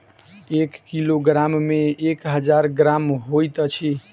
एक किलोग्राम मे एक हजार ग्राम होइत अछि